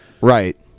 Right